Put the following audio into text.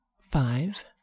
five